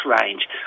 range